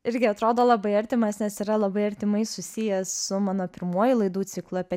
irgi atrodo labai artimas nes yra labai artimai susijęs su mano pirmuoju laidų ciklu apie